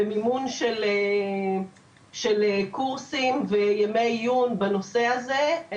במימון של קורסים וימי עיון בנושא הזה.